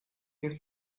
have